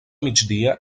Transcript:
migdia